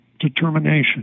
determination